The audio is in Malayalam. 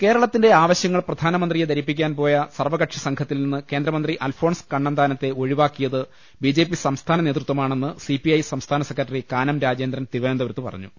കേരളത്തിന്റെ ആവശ്യങ്ങൾ പ്രധാനമന്ത്രിയെ ധരിപ്പിക്കാൻ പോയ സർവ്വ ക്ഷി സം ഘത്തിൽ നിന്ന് കേന്ദ്ര മന്ത്രി അൽഫോൺസ് കണ്ണന്താനത്തെ ഒഴിവാക്കിയത് ബി ജെ പി സംസ്ഥാന നേതൃത്വമാണെന്ന് സിപിഐ സംസ്ഥാന സെക്രട്ടറി കാനം രാജേന്ദ്രൻ തിരുവനന്തപുരത്ത് പറഞ്ഞു